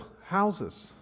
houses